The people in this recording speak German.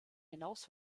hinaus